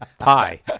Hi